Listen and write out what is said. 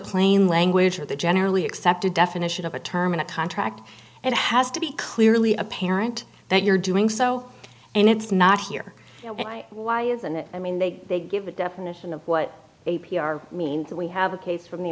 plain language or the generally accepted definition of a term in a contract it has to be clearly apparent that you're doing so and it's not here why isn't it i mean they give a definition of what a p r means that we have a case from the